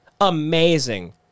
Amazing